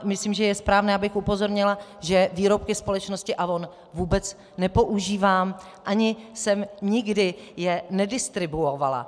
Myslím, že je správné, abych upozornila, že výrobky společnosti Avon vůbec nepoužívám ani jsem je nikdy nedistribuovala.